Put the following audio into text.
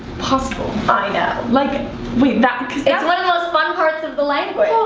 possible i know like and we've got it's one of those fun parts of the language